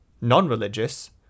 non-religious